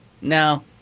No